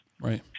Right